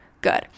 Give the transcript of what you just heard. good